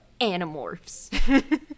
Animorphs